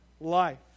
life